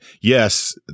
yes